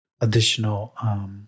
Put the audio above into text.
additional